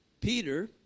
Peter